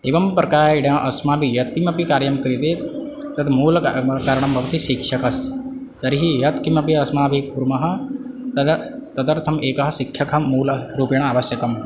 एवं प्रकारेण अस्माभिः यत्किमपि कार्यं क्रियते तद्मूलका कारणं भवति शिक्षकः तर्हि यत्किमपि अस्माभिः कुर्मः तदा तदर्थम् एकः शिक्षकः मूलरूपेण आवश्यकम्